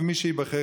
ומי שייבחר,